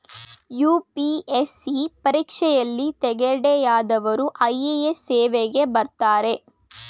UPSC ಪರೀಕ್ಷೆಯಲ್ಲಿ ತೇರ್ಗಡೆಯಾದವರು IRS ಸೇವೆಗೆ ಬರ್ತಾರೆ